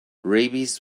rabies